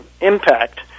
impact